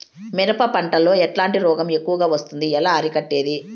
మిరప పంట లో ఎట్లాంటి రోగం ఎక్కువగా వస్తుంది? ఎలా అరికట్టేది?